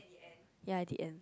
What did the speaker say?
ya at the end